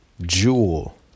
jewel